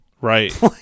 Right